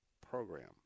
program